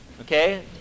Okay